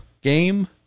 game